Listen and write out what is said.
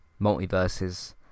Multiverses